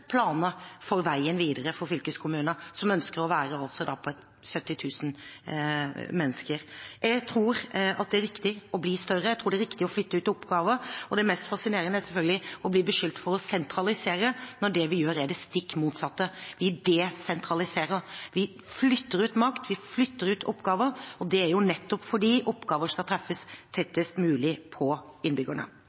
planer for veien videre for fylkeskommuner som ønsker å være på 70 000 mennesker. Jeg tror det er riktig å bli større, jeg tror det er riktig å flytte ut oppgaver. Det mest fascinerende er selvfølgelig å bli beskyldt for å sentralisere når det vi gjør, er det stikk motsatte – vi desentraliserer, vi flytter ut makt, vi flytter ut oppgaver, og det er nettopp fordi oppgaver skal løses tettest mulig på innbyggerne.